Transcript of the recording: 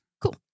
Cool